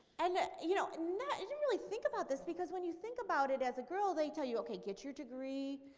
and, you know, i i didn't really think about this, because when you think about it as a girl they tell you, okay, get your degree,